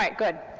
like good.